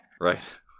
Right